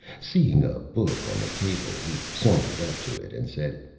seeing a book on the table, he sauntered up to it and said,